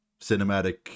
cinematic